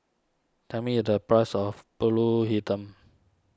tell me the price of Pulut Hitam